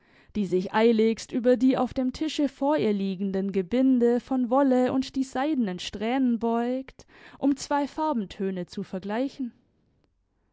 die sich eiligst über die auf dem tische vor ihr liegenden gebinde von wolle und die seidenen strähnen beugt um zwei farbentöne zu vergleichen